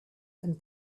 and